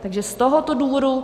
Takže z tohoto důvodu.